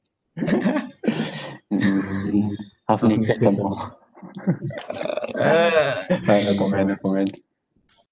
mm mm half naked some more